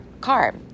car